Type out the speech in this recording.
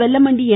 Vellamandi என்